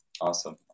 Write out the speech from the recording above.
Awesome